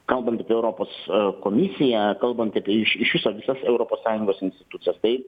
kalbant apie europos komisiją kalbant apie iš iš viso visos europos sąjungos institucijas tai